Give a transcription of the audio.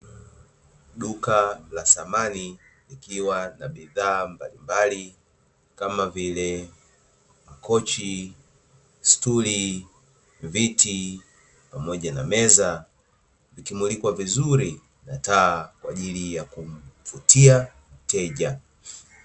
Duka la dhamani likiwa na bidhaa mbalimbali kama vile stuli, mezaa, kochi na viti vikimulikwa vizuri nataa kwajili ya kuvutia mteja